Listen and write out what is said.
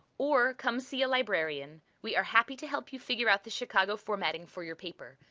or come see a librarian. we are happy to help you figure out the chicago formatting for your paper.